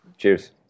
Cheers